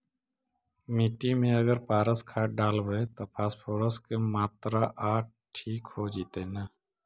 मिट्टी में अगर पारस खाद डालबै त फास्फोरस के माऋआ ठिक हो जितै न?